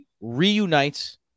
reunites